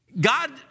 God